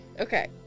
Okay